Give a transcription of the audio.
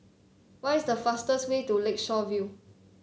what is the fastest way to Lakeshore View